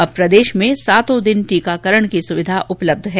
अब प्रदेश में सातों दिन टीकाकरण की सुविधा उपलब्ध है